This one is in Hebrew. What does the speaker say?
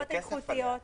פחות איכותיות.